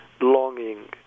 longing